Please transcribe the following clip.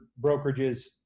brokerages